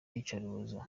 iyicarubozo